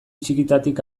txikitatik